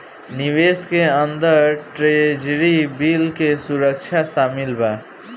निवेश के अंदर ट्रेजरी बिल के सुरक्षा शामिल बा